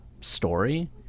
story